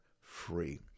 free